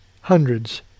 Hundreds